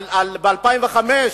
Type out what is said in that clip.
ב-2005,